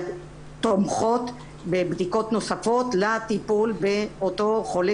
תומכות בבדיקות נוספות לטיפול באותו חולה